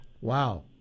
Wow